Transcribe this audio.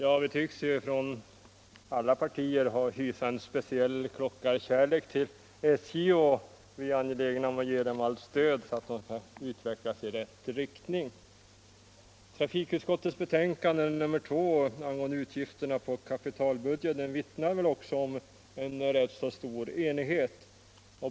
Fru talman! Alla partier tycks hysa en viss klockarkärlek till SJ och är angelägna att ge stöd för dess utveckling i rätt riktning. Trafikutskottets betänkande nr 2 angående utgifterna på kapitalbudgeten vittnar väl också en om rätt stor enighet.